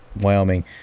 Wyoming